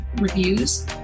reviews